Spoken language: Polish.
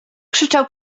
krzyczał